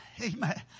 Amen